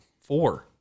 four